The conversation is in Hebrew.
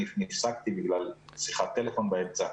הפסיק בגלל שיחת טלפון באמצע.